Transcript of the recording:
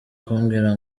kumbwira